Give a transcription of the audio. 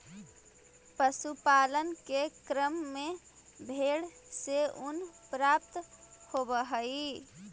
पशुपालन के क्रम में भेंड से ऊन प्राप्त होवऽ हई